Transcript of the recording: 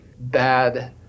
bad